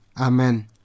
amen